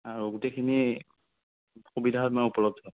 আৰু গোটেইখিনি সুবিধা আপোনাৰ উপলব্ধ